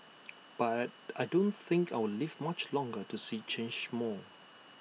but I I don't think I'll live much longer to see IT change more